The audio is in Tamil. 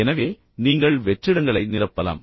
எனவே நீங்கள் வெற்றிடங்களை நிரப்பலாம்